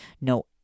no